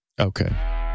Okay